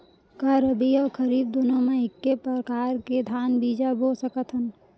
का रबि अऊ खरीफ दूनो मा एक्के प्रकार के धान बीजा बो सकत हन?